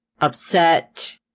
upset